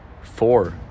four